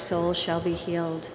soul shall be healed